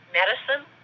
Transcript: medicine